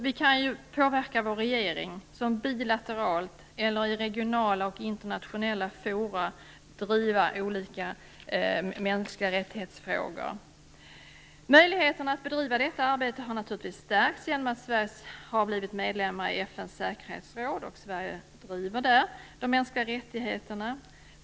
Vi kan påverka vår regering att bilateralt eller i regionala och internationella forum driva olika frågor om de mänskliga rättigheterna. Möjligheten att bedriva detta arbete har naturligtvis stärkts genom att Sverige blivit medlem i FN:s säkerhetsråd och där driver frågor om de mänskliga rättigheterna.